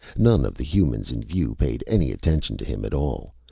none of the humans in view paid any attention to him at all,